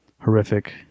horrific